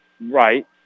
right